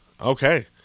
Okay